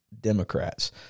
Democrats